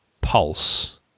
Pulse